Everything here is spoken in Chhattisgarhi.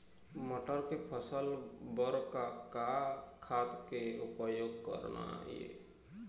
मटर के फसल बर का का खाद के उपयोग करना ये?